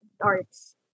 arts